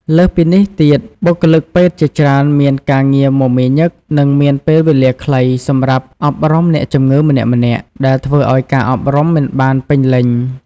លើសពីនេះទៀត បុគ្គលិកពេទ្យជាច្រើនមានការងារមមាញឹកនិងមានពេលវេលាខ្លីសម្រាប់អប់រំអ្នកជំងឺម្នាក់ៗ ដែលធ្វើឱ្យការអប់រំមិនបានពេញលេញ។